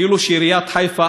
כאילו עיריית חיפה,